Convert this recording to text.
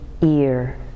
ear